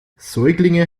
säuglinge